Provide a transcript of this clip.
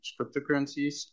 cryptocurrencies